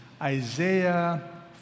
Isaiah